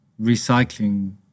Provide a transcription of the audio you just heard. recycling